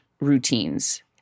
routines